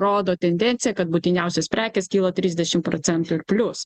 rodo tendenciją kad būtiniausios prekės kilo trisdešim procentų ir plius